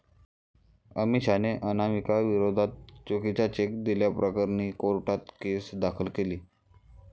अमिषाने अनामिकाविरोधात चुकीचा चेक दिल्याप्रकरणी कोर्टात केस दाखल केली